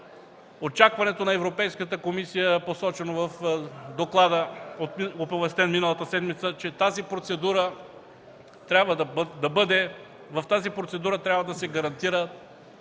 очакването на Европейската комисия, посочено в доклада, оповестен миналата седмица, че в тази процедура трябва да се гарантира